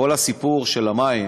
כל הסיפור של המים